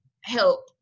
help